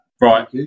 Right